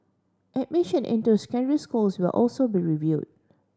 admission into schools will also be reviewed